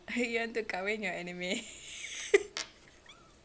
oh you want to kahwin your anime